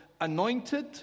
anointed